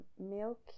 milk